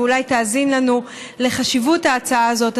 ואולי תאזין לנו לחשיבות ההצעה הזאת.